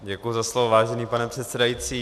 Děkuji za slovo, vážený pane předsedající.